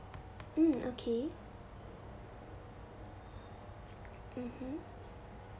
mm okay mmhmm